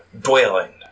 dwelling